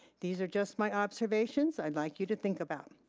these are just my observations. i'd like you to think about.